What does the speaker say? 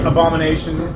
Abomination